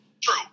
true